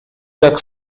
jak